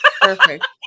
Perfect